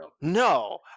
no